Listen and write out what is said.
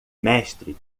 mestre